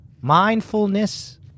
mindfulness